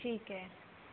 ਠੀਕ ਹੈ